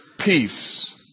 peace